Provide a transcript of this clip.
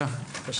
פז.